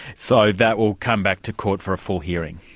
so, that will come back to court for a full hearing?